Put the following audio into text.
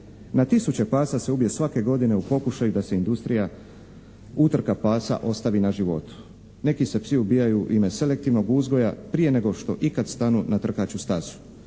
Na tisuće pasa se ubije svake godine u pokušaju da se industrija utrka pasa ostavi na životu. Neki se psi ubijaju u ime selektivnog uzgoja prije nego što ikad stanu na trkaću stazu.